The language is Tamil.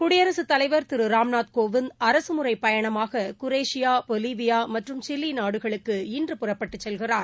குடியரசுத் தலைவர் திரு ராம்நாத் கோவிந்த் அரசு முறைப்பயணமாக குரேஷியா பொலிவியா மற்றும் சிலி நாடுகளுக்கு இன்று புறப்பட்டு செல்கிறார்